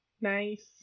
Nice